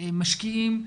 למשקיעים.